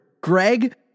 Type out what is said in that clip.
Greg